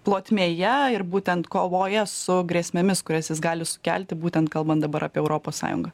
plotmėje ir būtent kovoje su grėsmėmis kurias jis gali sukelti būtent kalbant dabar apie europos sąjungą